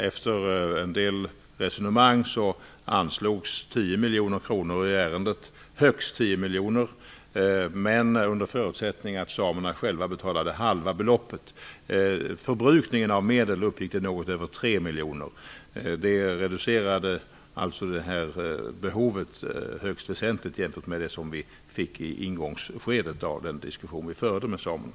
Efter en del resonemang anslogs högst 10 miljoner, under förutsättning att samerna själva betalade halva beloppet. Förbrukningen av medel uppgick till något över 3 miljoner. Det reducerade alltså behovet högst väsentligt, jämfört med det som samerna uppgav i inledningsskedet av diskussionerna.